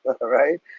right